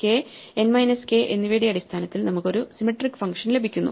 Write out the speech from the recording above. k n minus k എന്നിവയുടെ അടിസ്ഥാനത്തിൽ നമുക്ക് ഒരു സിമെട്രിക് ഫങ്ഷൻ ലഭിക്കുന്നു